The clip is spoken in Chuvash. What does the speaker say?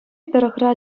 тӑрӑхра